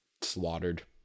slaughtered